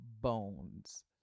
bones